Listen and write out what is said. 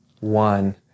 one